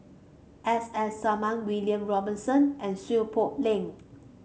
S S Sarma William Robinson and Seow Poh Leng